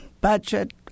budget